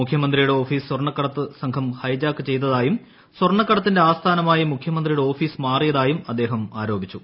മുഖ്യമന്ത്രിയുടെ ഓഫീസ് സ്ഥർണക്കടത്ത് സംഘം ഹൈജാക്ക് ചെയ്തതായും സ്വർണ്ണ്ണ്കൂടിത്തിന്റെ ആസ്ഥാനം ആയി മുഖ്യമന്ത്രിയുടെ ഓഫീസ്ട് മാറിയതായും അദ്ദേഹം ആരോപിച്ചു